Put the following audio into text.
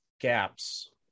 gaps